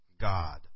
God